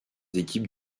équipes